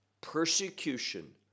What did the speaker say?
Persecution